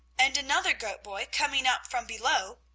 and another goat-boy coming up from below,